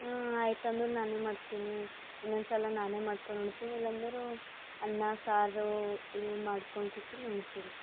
ಹಾಂ ಆಯ್ತು ಅಂದು ನಾನೇ ಮಾಡ್ತೀನಿ ಇನ್ನೊಂದು ಸಲ ನಾನೇ ಮಾಡ್ಕೊಂಡು ಉಣ್ತೀನಿ ಇಲ್ಲಂದರೆ ಅನ್ನ ಸಾರು ಇಲ್ ಮಾಡ್ಕೊಂಡ್ ಕೆಸಿಂದ ನಾನು ಉಣ್ತೀನಿ